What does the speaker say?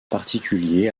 particulier